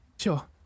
Sure